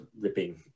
ripping